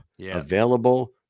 available